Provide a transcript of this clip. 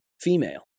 female